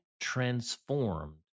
transformed